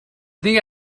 think